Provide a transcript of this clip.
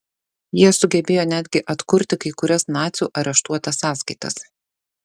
jie sugebėjo netgi atkurti kai kurias nacių areštuotas sąskaitas